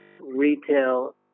retail